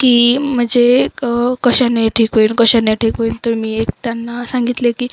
की म्हणजे कशाने ठीक होईल कशाने ठीक होईल तर मी एक त्यांना सांगितले की